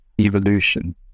evolution